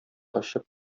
очып